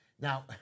Now